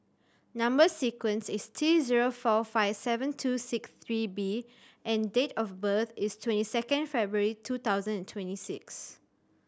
number sequence is T zero four five seven two six three B and date of birth is twenty second February two thousand and twenty six